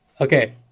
Okay